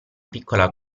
piccola